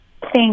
Thank